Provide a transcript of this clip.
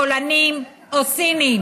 פולנים או סינים.